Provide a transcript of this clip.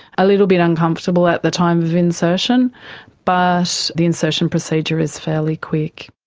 a little bit uncomfortable at the time of insertion but the insertion procedure is fairly quick.